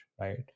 right